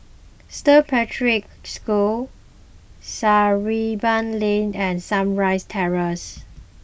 Saint Patrick's School Sarimbun Lane and Sunrise Terrace